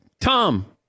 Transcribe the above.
Tom